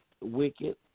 wicked